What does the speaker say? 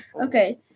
okay